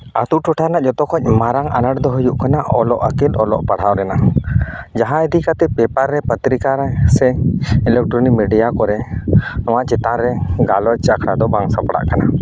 ᱟᱛᱳ ᱴᱚᱴᱷᱟ ᱨᱮᱱᱟᱜ ᱡᱚᱛᱚ ᱠᱷᱚᱡ ᱢᱟᱨᱟᱝ ᱟᱱᱟᱴ ᱫᱚ ᱦᱩᱭᱩᱜ ᱠᱟᱱᱟ ᱚᱞᱚᱜ ᱟᱹᱠᱤᱞ ᱚᱞᱚᱜ ᱯᱟᱲᱦᱟᱣ ᱨᱮᱱᱟᱜ ᱡᱟᱦᱟᱸ ᱤᱫᱤ ᱠᱟᱛᱮ ᱯᱮᱯᱟᱨ ᱨᱮ ᱯᱚᱛᱨᱤᱠᱟᱨᱮ ᱥᱮ ᱤᱞᱮᱠᱴᱚᱱᱤᱠ ᱢᱮᱰᱤᱭᱟ ᱠᱚᱨᱮᱜ ᱱᱚᱣᱟ ᱪᱮᱛᱟᱱ ᱨᱮ ᱜᱟᱞᱚᱪ ᱟᱠᱷᱲᱟ ᱫᱚ ᱵᱟᱝ ᱥᱟᱯᱲᱟᱜ ᱠᱟᱱᱟ